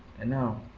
and now,